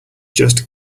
just